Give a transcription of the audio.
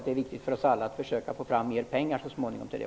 Det är viktigt för oss alla att försöka få fram mer pengar så småningom till det.